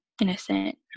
innocent